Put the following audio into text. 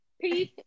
Peace